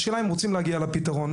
והשאלה היא אם רוצים להגיע לפתרון.